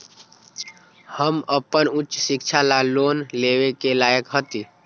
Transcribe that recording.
हम अपन उच्च शिक्षा ला लोन लेवे के लायक हती?